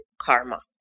karma